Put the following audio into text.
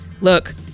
Look